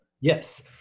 Yes